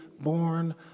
born